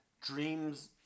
Dreams